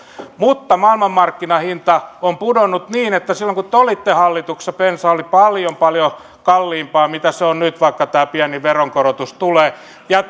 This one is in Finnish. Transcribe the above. mutta maailmanmarkkinahinta on pudonnut niin että silloin kun te olitte hallituksessa bensa oli paljon paljon kalliimpaa kuin se on nyt vaikka tämä pieni veronkorotus tulee ja